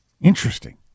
interesting